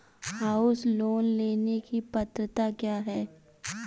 House loan लेने की पात्रता क्या है?